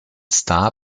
star